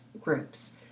groups